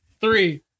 Three